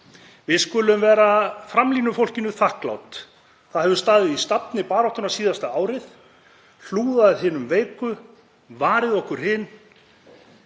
Við skulum vera framlínufólkinu þakklát, það hefur staðið í stafni baráttunnar síðasta árið, hlúð að hinum veiku, varið okkur hin,